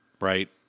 right